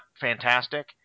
fantastic